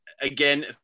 again